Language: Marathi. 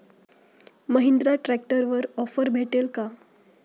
महिंद्रा ट्रॅक्टरवर ऑफर भेटेल का?